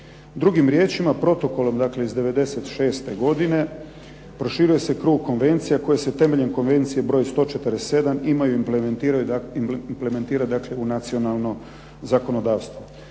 Drugim riječima, protokolom dakle iz 96. godine proširuje se krug konvencija koje se temeljem Konvencije broj 147 implementira u nacionalno zakonodavstvo.